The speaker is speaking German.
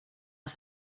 aus